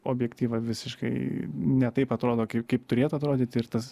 objektyvą visiškai ne taip atrodo kai kaip turėtų atrodyti ir tas